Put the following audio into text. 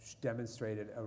demonstrated